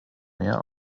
mär